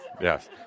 yes